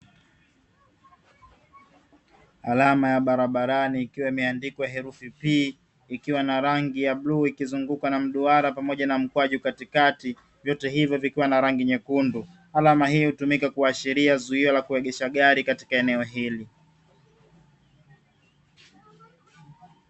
Alama ya barabarani ikiwa imeandikwa herufi "P" ikiwa na rangi ya bluu ikizungukwa na mduara pamoja na mkwaju katikati vyote hivyo vikiwa na rangi nyekundu, alama hii hutumika kuashiria zuio la kuegesha gari katika eneo hili.